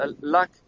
Luck